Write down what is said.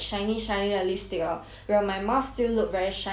will my mouth still look very shiny or like 不会 liao I think 不会吧 cause I never tried before